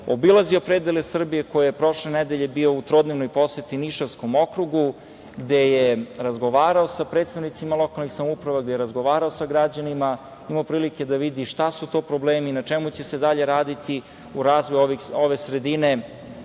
obilazio predele Srbije, koji je prošle nedelje bio u trodnevnoj poseti Nišavskom okrugu, gde je razgovarao sa predstavnicima lokalnih samouprava, gde je razgovarao sa građanima, imao prilike da vidi šta su to problemi, na čemu će se dalje raditi u razvoju ove sredine.